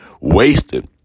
wasted